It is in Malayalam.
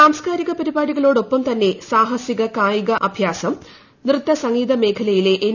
സാംസ്ക്കാരിക പരിപാടികളോടൊപ്പം തന്നെ സാഹസിക കായിക അഭ്യാസം നൃത്ത സംഗീത മേഖലയിലെ എൻ